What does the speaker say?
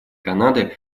канады